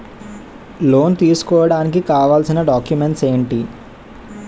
Loan తీసుకోడానికి కావాల్సిన documents ఎంటి?